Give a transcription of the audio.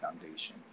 Foundation